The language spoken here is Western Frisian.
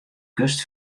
kust